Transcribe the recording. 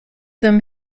them